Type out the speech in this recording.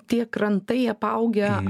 tie krantai apaugę